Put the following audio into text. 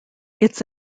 its